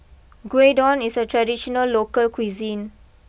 Gyudon is a traditional local cuisine